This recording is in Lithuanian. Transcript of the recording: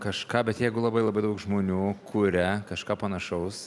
kažką bet jeigu labai labai daug žmonių kuria kažką panašaus